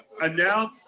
announce